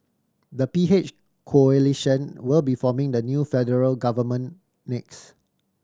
the P H coalition will be forming the new federal government next